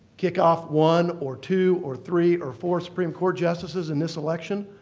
kick off one or two or three or four supreme court justices in this election,